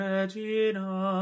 Regina